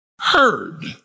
heard